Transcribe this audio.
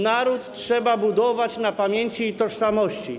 Naród trzeba budować na pamięci i tożsamości.